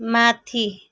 माथि